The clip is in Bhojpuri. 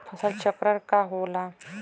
फसल चक्रण का होला?